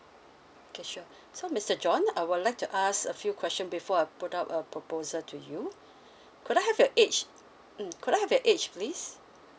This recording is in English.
okay sure so mister john I will like to ask a few question before I put up a proposal to you could I have your age mm could I have your age please